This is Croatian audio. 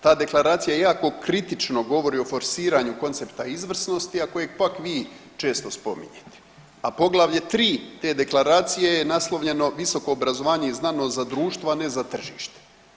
Ta deklaracija jako kritično govori o forsiranju koncepta izvrsnosti, a kojeg pak vi često spominjete, a poglavlje 3 te deklaracije je naslovljeno visoko obrazovanje i znanost za društvo, a ne za tržište.